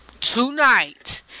tonight